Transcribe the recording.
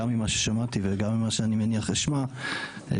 ממה ששמעתי וגם ממה שאני מניח אשמע יעטו.